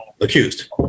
accused